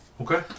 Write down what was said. Okay